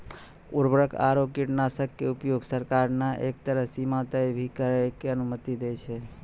उर्वरक आरो कीटनाशक के उपयोग सरकार न एक तय सीमा तक हीं करै के अनुमति दै छै